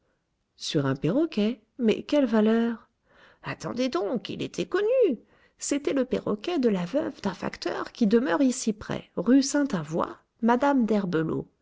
sur un perroquet mais quelle valeur attendez donc il était connu c'était le perroquet de la veuve d'un facteur qui demeure ici près rue sainte avoye mme d'herbelot